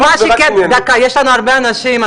אבל מה שכן, יש לנו הרבה אנשים,